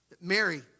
Mary